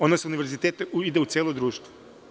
Ona sa univerziteta ide u celo društvo.